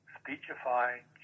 speechifying